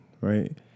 right